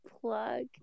plug